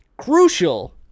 Crucial